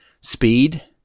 speed